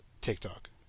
TikTok